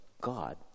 God